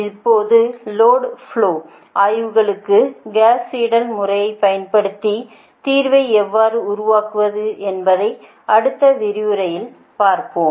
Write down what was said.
இப்போது load flow ஆய்வுகளுக்கு Gauss Seidel முறையைப் பயன்படுத்தி தீர்வை எவ்வாறு உருவாக்குவது என்பதை அடுத்த விரிவுரையில் பார்ப்போம்